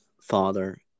father